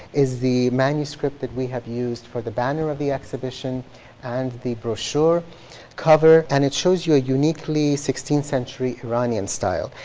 is the manuscript that we have used for the banner of the exhibition and the brochure cover. and it shows you a uniquely sixteenth century iranian style.